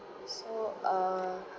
so err